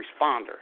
responder